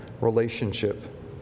relationship